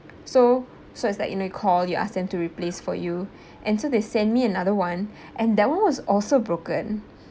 so so it's like you know you call you ask them to replace for you and so they send me another one and there was also broken